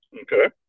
Okay